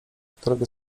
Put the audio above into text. którego